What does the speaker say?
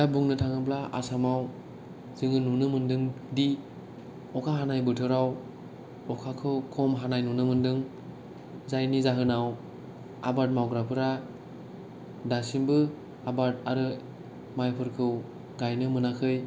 दा बुंनो थाङोब्ला आसामाव जोङो नुनो मोन्दोंदि अखा हानाय बोथोराव अखाखौ खम हानाय नुनो मोन्दों जायनि जाहोनाव आबाद मावग्राफोरा दासिमबो आबाद आरो माइफोरखौ गायनो मोनाखै